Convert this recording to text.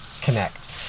connect